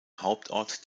hauptort